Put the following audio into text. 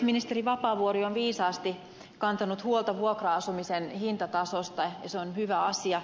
ministeri vapaavuori on viisaasti kantanut huolta vuokra asumisen hintatasosta ja se on hyvä asia